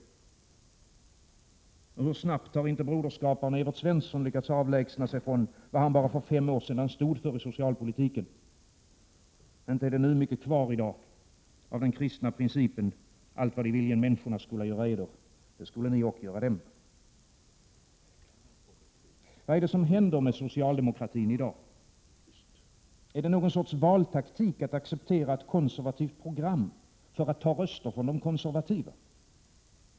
Och hur snabbt har inte broderskaparen Evert Svensson lyckats avlägsna sig från vad han bara för fem år sedan stod för i socialpolitiken. Inte är det mycket kvar i dag av den kristna principen ”allt vad I viljen människorna skola göra eder, det skolen I ock göra dem”. Vad är det som händer med socialdemokratin i dag? Är det någon sorts valtaktik att acceptera ett konservativt program för att ta röster från de konservativa?